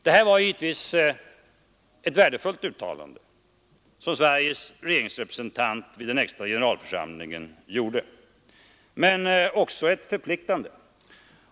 Det var ett värdefullt uttalande som Sveriges regeringsrepresentant vid den extra generalförsamlingen gjorde men också ett förpliktande.